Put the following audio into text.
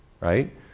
Right